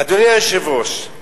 אדוני היושב-ראש,